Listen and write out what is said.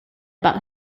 about